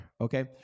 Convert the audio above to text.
okay